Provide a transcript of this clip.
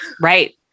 Right